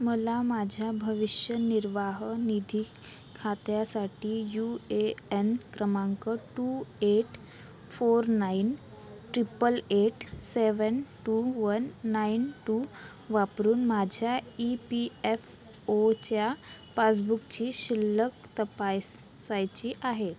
मला माझ्या भविष्यनिर्वाह निधी खात्यासाठी यू ए एन क्रमांक two eight four nine triple eight seven two one nine two वापरून माझ्या ई पी एफ ओच्या पासबुकची शिल्लक तपासायची आहे